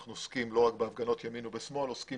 אנחנו עוסקים לא רק בהפגנות של ימין ושמאל אלא עוסקים